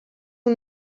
who